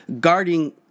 guarding